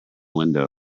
window